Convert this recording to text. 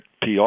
PR